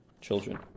children